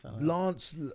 Lance